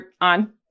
on